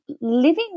living